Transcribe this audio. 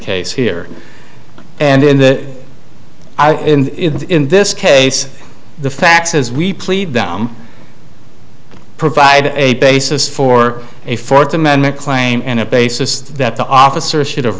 case here and in the eyes in this case the facts as we plead down provide a basis for a fourth amendment claim and a basis that the officer should have